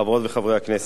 חברות וחברי הכנסת,